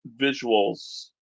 visuals